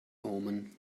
omen